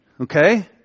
okay